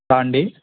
రండి